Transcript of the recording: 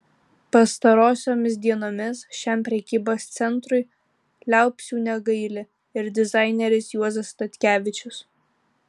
pastarosiomis dienomis šiam prekybos centrui liaupsių negaili ir dizaineris juozas statkevičius